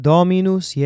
Dominus